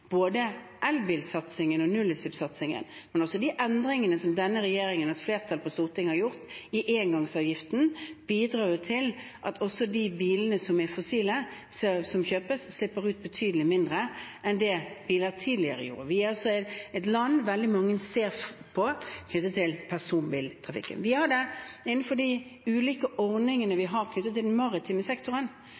Både elbilsatsingen og nullutslippssatsingen, og de endringene som denne regjeringen og et flertall på Stortinget har gjort i engangsavgiften, bidrar til at også de fossile bilene som kjøpes, slipper ut betydelig mindre enn det biler tidligere gjorde. Vi er et land veldig mange ser til når det gjelder personbiltrafikken. Vi ser det også innenfor de ulike ordningene vi har knyttet til den maritime sektoren,